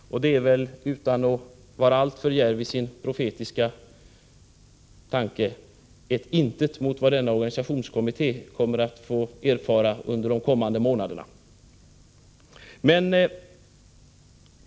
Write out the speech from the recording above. Utan att vara alltför djärv i min profetia vågar jag förutspå att det är ett intet mot vad organisationskommittén kommer att få erfara under de närmaste månaderna.